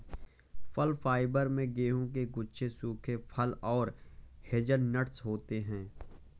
फल फाइबर में गेहूं के गुच्छे सूखे फल और हेज़लनट्स होते हैं